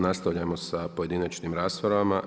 Nastavljamo sa pojedinačnim raspravama.